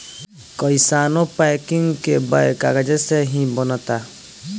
कइसानो पैकिंग के बैग कागजे से ही बनता